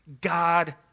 God